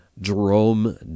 Jerome